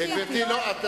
לממשלה והממשלה תצביע,